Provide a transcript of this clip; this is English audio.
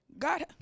God